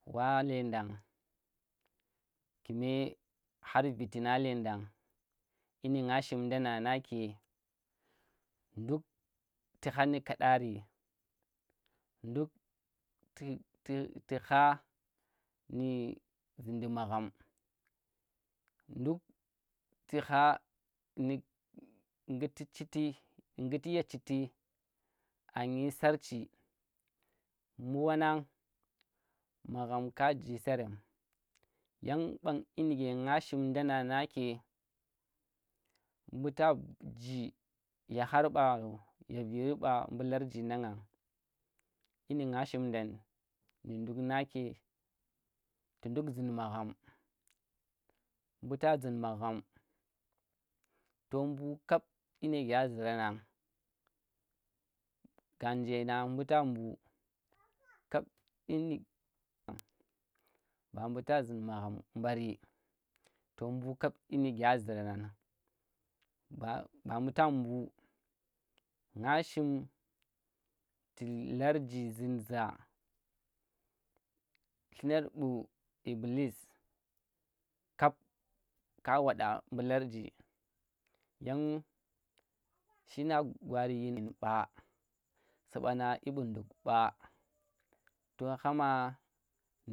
Wa lendang, kume har viti nang lendang, yinike nga shimdanan nake, nduk tu gha nu kadari, nduk tu tu tu haa ndi zundi magham nduk tu haa ndu ngutti ye chitti anyi sarch mu wannan magham kaji surem, yan bam yinike nga shimdanang nake mbu ta ji ye har ɓaro ye viri ɓaro mbu larji nangan, yiniki nga shimdang ku nduk zum magham mbu ta zhin magham to mbu kab yinike a zarannan, ganje nang mbu ta mbu kab din ne nga ɓa mbu zum magham bari ton bu kap di ya ziryana ɓa butan mbu shim tu larji zunza llunar mbu lbilis kap ka wada mbu larji yan shinga gwari yin ba su bana dyi bu nduk ba to hama